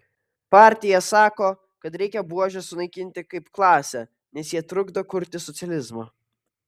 partija sako kad reikia buožes sunaikinti kaip klasę nes jie trukdo kurti socializmą